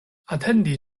atendi